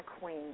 queen